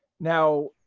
now,